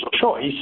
choice